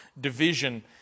division